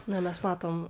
na mes matom